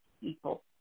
people